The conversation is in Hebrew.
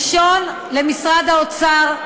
ראשון, למשרד האוצר,